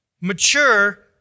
mature